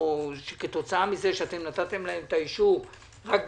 או שכתוצאה מזה שנתתם להם את האישור רק במרס,